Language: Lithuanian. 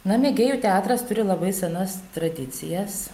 na mėgėjų teatras turi labai senas tradicijas